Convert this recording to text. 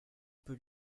peu